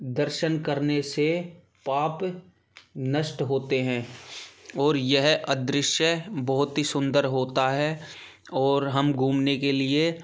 दर्शन करने से पाप नष्ट होते हैं और यह अदृश्य बहुत ही सुंदर होता है और हम घूमने के लिए